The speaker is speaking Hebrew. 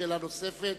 שאלה נוספת,